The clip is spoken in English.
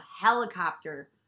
helicopter